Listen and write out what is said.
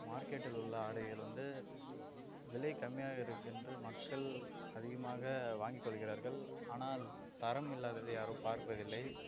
மார்க்கெட்டில் உள்ள ஆடைகள் வந்து விலை கம்மியாக இருக்கென்று மக்கள் அதிகமாக வாங்கி கொள்கிறார்கள் ஆனால் தரம் இல்லாததை யாரும் பார்ப்பதில்லை